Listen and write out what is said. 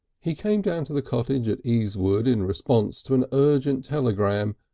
he came down to the cottage at easewood in response to an urgent telegram,